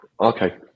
Okay